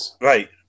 right